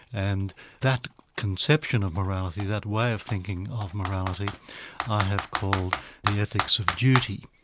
and that conception of morality, that way of thinking of morality i have called the ethics of duty.